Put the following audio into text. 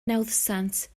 nawddsant